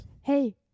hey